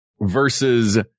versus